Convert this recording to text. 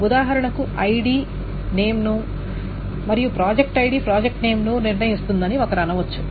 ఉదాహరణకు ID name ను మరియు ప్రాజెక్ట్ ఐడి ప్రాజెక్ట్ నేమ్ ను నిర్ణయిస్తుందని ఒకరు అనవచ్చు